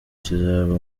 kizaba